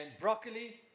broccoli